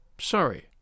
Sorry